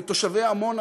ותושבי עמונה,